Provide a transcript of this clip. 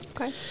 Okay